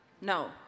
no